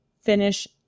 finish